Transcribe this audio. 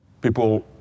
People